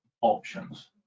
options